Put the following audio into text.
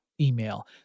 email